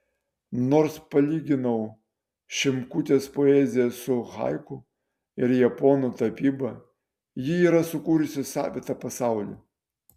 nors palyginau šimkutės poeziją su haiku ir japonų tapyba ji yra sukūrusi savitą pasaulį